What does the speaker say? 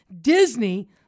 disney